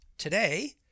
Today